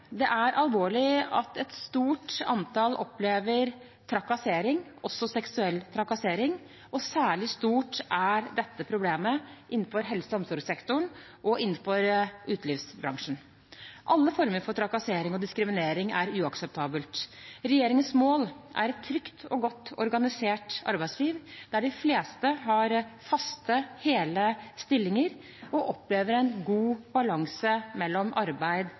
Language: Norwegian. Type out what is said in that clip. Det er alvorlig at et stort antall opplever trakassering, også seksuell trakassering, og særlig stort er dette problemet innenfor helse- og omsorgssektoren og innenfor utelivsbransjen. Alle former for trakassering og diskriminering er uakseptabelt. Regjeringens mål er et trygt og godt organisert arbeidsliv, der de fleste har faste, hele stillinger og opplever en god balanse mellom arbeid